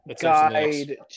Guide